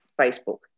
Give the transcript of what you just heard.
Facebook